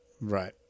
right